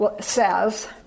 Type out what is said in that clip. says